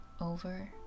over